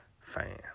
fan